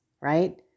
right